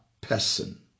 person